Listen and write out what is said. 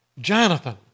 Jonathan